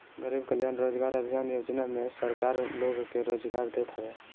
गरीब कल्याण रोजगार अभियान योजना में सरकार लोग के रोजगार देत हवे